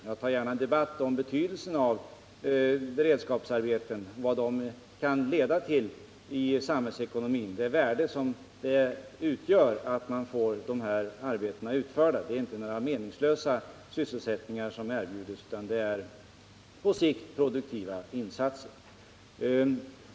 Jag tar gärna en debatt om betydelsen av beredskapsarbeten och vad de kan leda till i samhällsekonomin, det värde som ligger i att man får de här arbetena utförda. Det är inte några meningslösa sysselsättningar som erbjuds utan det är på sikt produktiva insatser.